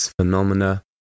phenomena